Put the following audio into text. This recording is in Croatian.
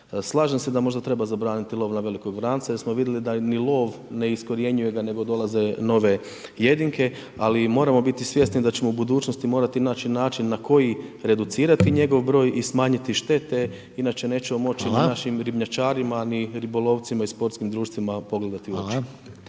Slažem se da možda treba zabraniti lov na velikog vranca jer smo vidli da ni lov ne iskorjenjuje ga nego dolaze nove jedinke, ali moramo biti svjesni da ćemo u budućnosti morati naći način na koji reducirati njegov broj i smanjiti štete inače nećemo moći …/Upadica: Hvala./… našim ribnjačarima ni ribolovcima i sportskim društvima pogledati u oči.